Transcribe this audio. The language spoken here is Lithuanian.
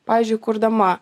pavyzdžiui kurdama